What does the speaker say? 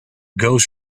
goes